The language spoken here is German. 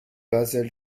basel